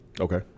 Okay